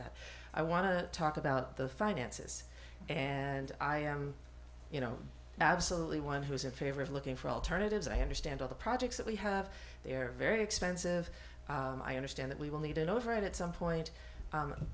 that i want to talk about the finances and i you know absolutely one who is in favor of looking for alternatives i understand all the projects that we have there very expensive i understand that we will need it over at some point